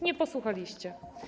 Nie posłuchaliście.